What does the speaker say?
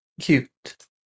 Cute